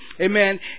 Amen